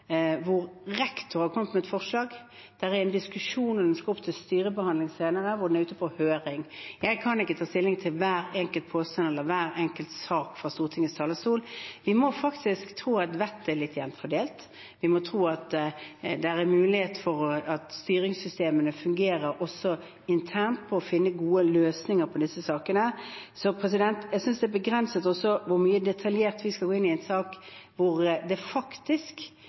skal opp til styrebehandling senere, og det er ute på høring. Jeg kan ikke ta stilling til hver enkelt påstand eller hver enkelt sak fra Stortingets talerstol. Vi må faktisk tro at vettet er litt jevnt fordelt. Vi må tro at det er mulighet for at styringssystemene fungerer, også internt, når det gjelder å finne gode løsninger på disse sakene. Jeg synes også det er begrenset hvor detaljert vi skal gå inn i en sak hvor det faktisk